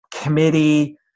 committee